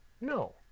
No